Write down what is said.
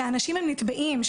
שהאנשים הם נתבעים,